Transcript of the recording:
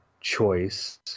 choice